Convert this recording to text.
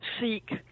seek